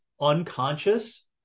unconscious